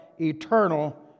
eternal